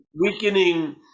weakening